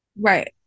Right